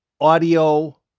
audio